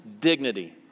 dignity